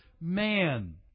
man